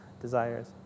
desires